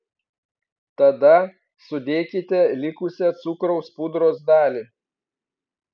tada sudėkite likusią cukraus pudros dalį